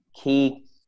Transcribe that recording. key